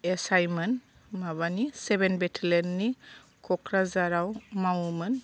एसआइमोन माबानि सेभेन बेटेलेयननि क'क्राझाराव मावोमोन